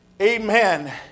Amen